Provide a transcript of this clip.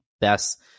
best